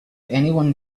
anyone